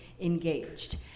engaged